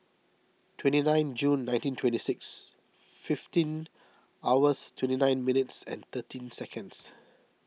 twenty nine June nineteen twenty six fifteen hours twenty nine minutes thirteen seconds